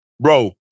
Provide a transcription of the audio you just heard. bro